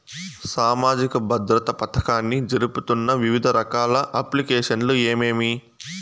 సామాజిక భద్రత పథకాన్ని జరుపుతున్న వివిధ రకాల అప్లికేషన్లు ఏమేమి?